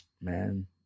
man